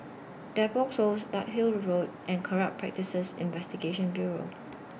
Depot Close Larkhill Road and Corrupt Practices Investigation Bureau